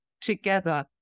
together